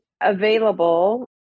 available